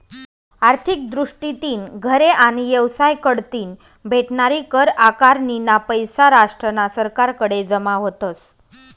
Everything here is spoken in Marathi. आर्थिक दृष्टीतीन घरे आणि येवसाय कढतीन भेटनारी कर आकारनीना पैसा राष्ट्रना सरकारकडे जमा व्हतस